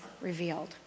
revealed